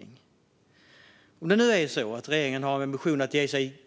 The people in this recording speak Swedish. Men om det nu är så att regeringen har ambitionen att ge sig